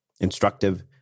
instructive